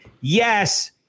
Yes